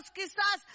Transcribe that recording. quizás